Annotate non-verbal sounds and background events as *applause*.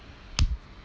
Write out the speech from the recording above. *noise*